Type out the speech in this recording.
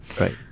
Right